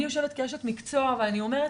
אני יושבת כאשת מקצוע אבל אני אומרת,